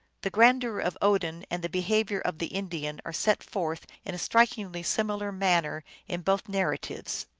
the grandeur of odin and the behavior of the in dian are set forth in a strikingly similar manner in both narratives.